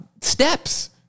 Steps